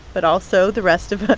but also the rest of us,